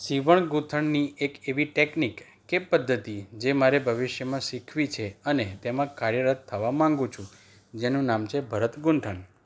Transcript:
સિવણ ગૂંથણની એક એવી ટેકનિક કે પધ્ધતિ જે મારે ભવિષ્યમાં શીખવી છે અને તેમાં કાર્યરત થવા માગું છું જેનું નામ છે ભરત ગૂંથણ